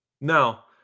now